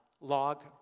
Log